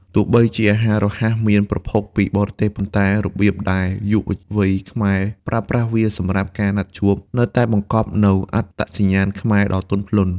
ទោះបីជាអាហាររហ័សមានប្រភពពីបរទេស ប៉ុន្តែរបៀបដែលយុវវ័យខ្មែរប្រើប្រាស់វាសម្រាប់ការណាត់ជួប នៅតែបង្កប់នូវអត្តសញ្ញាណខ្មែរដ៏ទន់ភ្លន់។